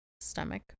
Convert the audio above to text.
stomach